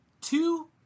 two